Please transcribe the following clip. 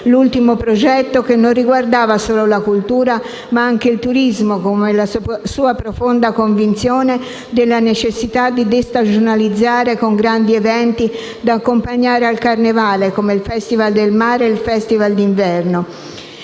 l'ultimo progetto che non riguardava solo la cultura, ma anche il turismo, come la sua profonda convinzione della necessità di destagionalizzare con grandi eventi da accompagnare al carnevale, come il Festival del mare e il Festival d'inverno.